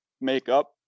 makeup